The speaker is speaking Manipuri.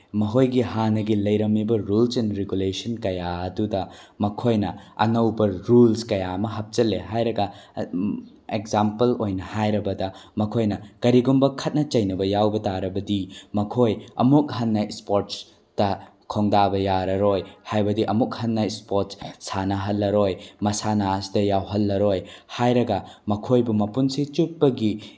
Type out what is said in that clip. ꯃꯈꯣꯏꯒꯤ ꯍꯥꯟꯅꯒꯤ ꯂꯩꯔꯝꯃꯤꯕ ꯔꯨꯜꯁ ꯑꯦꯟ ꯔꯤꯒꯨꯂꯦꯁꯟ ꯀꯌꯥ ꯑꯗꯨꯗ ꯃꯈꯣꯏꯅ ꯑꯅꯧꯕ ꯔꯨꯜꯁ ꯀꯌꯥ ꯑꯃ ꯍꯥꯞꯆꯤꯜꯂꯦ ꯍꯥꯏꯔꯒ ꯑꯦꯛꯖꯥꯝꯄꯜ ꯑꯣꯏꯅ ꯍꯥꯏꯔꯕꯗ ꯃꯈꯣꯏꯅ ꯀꯔꯤꯒꯨꯝꯕ ꯈꯠꯅ ꯆꯩꯅꯕ ꯌꯥꯎꯕ ꯇꯥꯔꯕꯗꯤ ꯃꯈꯣꯏ ꯑꯃꯨꯛ ꯍꯟꯅ ꯏꯁꯄꯣꯔꯠꯁꯇ ꯈꯣꯡꯗꯥꯕ ꯌꯥꯔꯔꯣꯏ ꯍꯥꯏꯕꯗꯤ ꯑꯃꯨꯛ ꯍꯟꯅ ꯏꯁꯄꯣꯔꯠ ꯁꯥꯟꯅꯍꯜꯂꯔꯣꯏ ꯃꯁꯥꯟꯅ ꯑꯁꯤꯗ ꯌꯥꯎꯍꯜꯂꯔꯣꯏ ꯍꯥꯏꯔꯒ ꯃꯈꯣꯏꯕꯨ ꯃꯄꯨꯟꯁꯤ ꯆꯨꯞꯄꯒꯤ